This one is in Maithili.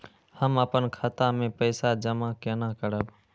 हम अपन खाता मे पैसा जमा केना करब?